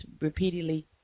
repeatedly